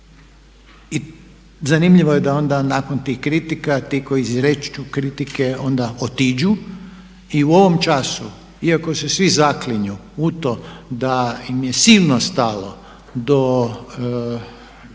I zanimljivo je da onda nakon tih kritika ti koji izriču kritike onda otiđu i u ovom času iako se svi zaklinju u to da im je silno stalo do